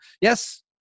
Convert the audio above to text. Yes